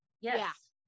Yes